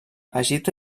egipte